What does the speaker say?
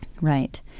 Right